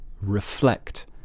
reflect